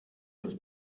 das